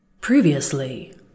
Previously